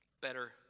better